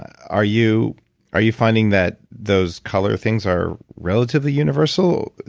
are you are you finding that those color things are relatively universal?